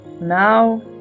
now